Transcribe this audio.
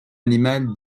animal